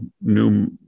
new